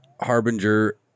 Harbinger